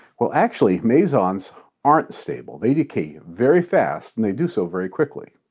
well, actually mesons aren't stable. they decay very fast and they do so very quickly.